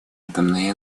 атомной